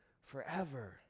forever